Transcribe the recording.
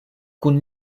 kun